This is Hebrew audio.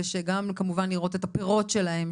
וגם כמובן לראות את הפירות שלהם,